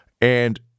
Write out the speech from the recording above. and-